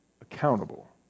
accountable